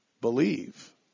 Believe